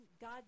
God